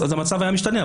המצב היה משתנה,